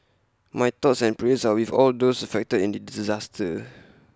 my thoughts and prayers are with all those affected in the disaster